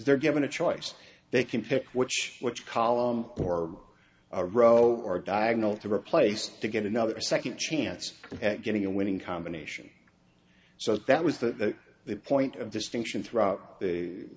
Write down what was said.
they're given a choice they can pick which which column or a row or diagonal to replace to get another second chance at getting a winning combination so that was the the point of distinction throughout the